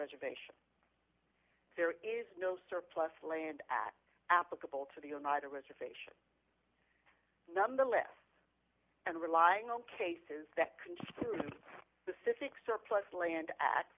reservation there is no surplus land at applicable to the oneida reservation nonetheless and relying on cases that contain the civic surplus land